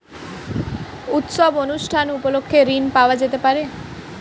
উৎসব অনুষ্ঠান উপলক্ষে ঋণ পাওয়া যেতে পারে?